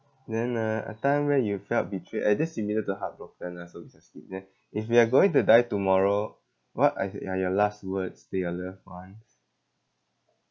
then uh a time where you felt betrayed eh that's similar to heartbroken ah so we shall skip that if you are going to die tomorrow what are are your last words to your loved ones